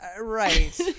Right